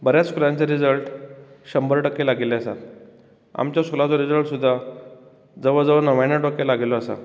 बऱ्याच स्कुलांचे रिजल्ट शंबर टक्के लागिल्ले आसा आमचो स्कुलाचो रिजल्ट सुद्दां जवळ जवळ णव्याणव टक्के लागिल्लो आसा